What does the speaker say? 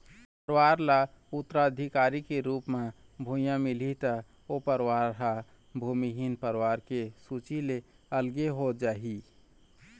परवार ल उत्तराधिकारी के रुप म भुइयाँ मिलही त ओ परवार ह भूमिहीन परवार के सूची ले अलगे हो जाही